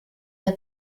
der